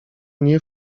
nie